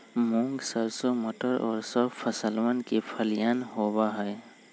मूंग, सरसों, मटर और सब फसलवन के फलियन होबा हई